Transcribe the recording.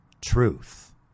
truth